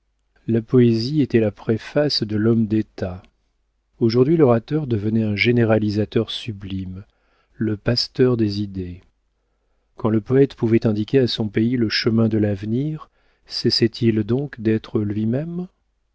la poésie était la préface de l'homme d'état aujourd'hui l'orateur devenait un généralisateur sublime le pasteur des idées quand le poëte pouvait indiquer à son pays le chemin de l'avenir cessait il donc d'être lui-même